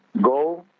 go